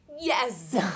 yes